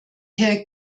herr